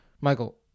Michael